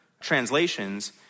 translations